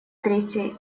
третьей